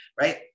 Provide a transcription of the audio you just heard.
right